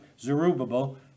Zerubbabel